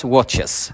Watches